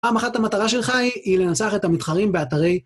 פעם אחת המטרה שלך היא, היא לנצח את המתחרים באתרי.